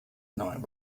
night